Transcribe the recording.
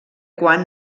quan